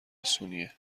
اسونیه